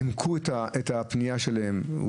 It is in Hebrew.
ונימקו את הפנייה שלהם.